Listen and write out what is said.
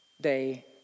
Day